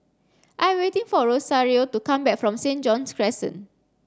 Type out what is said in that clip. I waiting for Rosario to come back from St John's Crescent